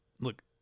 look